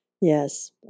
Yes